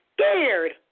scared